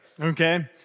okay